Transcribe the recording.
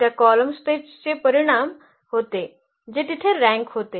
तर त्या कॉलम स्पेसचे परिमाण होते जे तिथे रँक होते